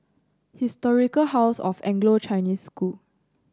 Historic House of Anglo Chinese School